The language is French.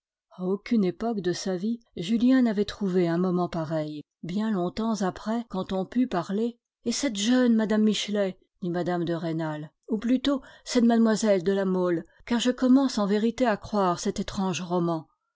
a aucune époque de sa vie julien n'avait trouvé un moment pareil bien longtemps après quand on put parler et cette jeune mme michelet dit mme de rênal ou plutôt cette mlle de la mole car je commence en vérité à croire cet étrange roman